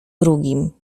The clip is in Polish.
drugim